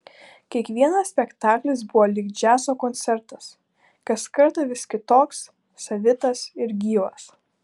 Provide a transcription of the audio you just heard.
kiekvienas spektaklis buvo lyg džiazo koncertas kas kartą vis kitoks savitas ir gyvas